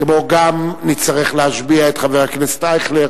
וגם נצטרך להשביע את חבר הכנסת אייכלר.